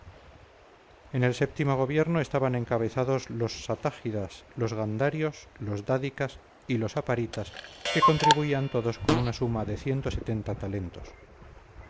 en el sétimo gobierno estaban encabezados los satágidas los gandarios los dádicas y los aparitas que contribuían todos con la suma de talentos